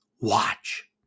watch